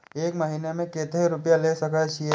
एक महीना में केते रूपया ले सके छिए?